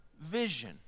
vision